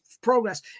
progress